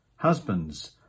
Husbands